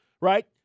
Right